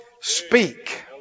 speak